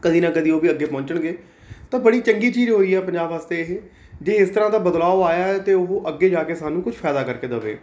ਕਦੀ ਨਾ ਕਦੀ ਉਹ ਵੀ ਅੱਗੇ ਪਹੁੰਚਣਗੇ ਤਾਂ ਬੜੀ ਚੰਗੀ ਚੀਜ਼ ਹੋਈ ਆ ਪੰਜਾਬ ਵਾਸਤੇ ਇਹ ਜੇ ਇਸ ਤਰ੍ਹਾਂ ਦਾ ਬਦਲਾਉ ਆਇਆ ਹੈ ਤਾਂ ਉਹ ਅੱਗੇ ਜਾ ਕੇ ਸਾਨੂੰ ਕੋਈ ਫਾਇਦਾ ਕਰਕੇ ਦੇਵੇ